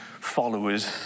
followers